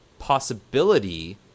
possibility